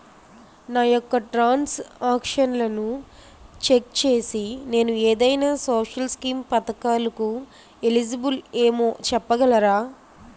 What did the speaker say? నా యెక్క ట్రాన్స్ ఆక్షన్లను చెక్ చేసి నేను ఏదైనా సోషల్ స్కీం పథకాలు కు ఎలిజిబుల్ ఏమో చెప్పగలరా?